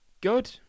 good